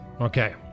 Okay